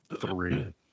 three